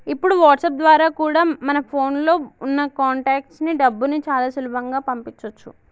ఇప్పుడు వాట్సాప్ ద్వారా కూడా మన ఫోన్ లో ఉన్న కాంటాక్ట్స్ కి డబ్బుని చాలా సులభంగా పంపించొచ్చు